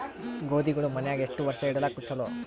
ಗೋಧಿಗಳು ಮನ್ಯಾಗ ಎಷ್ಟು ವರ್ಷ ಇಡಲಾಕ ಚಲೋ?